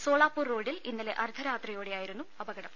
സോളാപൂർ റോഡിൽ ഇന്നലെ അർദ്ധരാത്രിയോടെയാ യിരുന്നു അപകടം